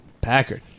Packard